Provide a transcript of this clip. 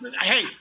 Hey